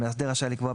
המאסדר רשאי לקבוע,